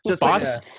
Boss